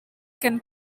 can